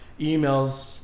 emails